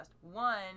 One